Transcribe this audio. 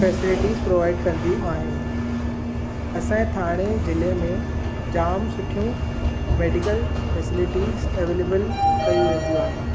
facilities provide कंदियूं आहिनि असांजे थाणे ज़िले में जाम सुठियूं मैडिकल फैसलिटीस ऐवेलेबल कयूं वेंदियूं आहिनि